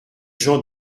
jean